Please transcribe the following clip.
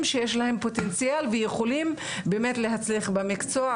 שיש להם פוטנציאל ויכולים להצליח במקצוע,